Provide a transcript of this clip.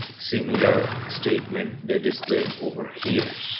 similar statement they display over here.